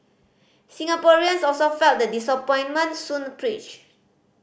Singaporeans also felt the disappointment Soon preached